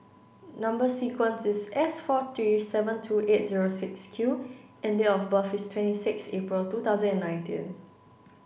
number sequence is S four three seven two eight zero six Q and date of birth is twenty six April two thousand and nineteen